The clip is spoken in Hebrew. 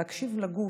להקשיב לגוף,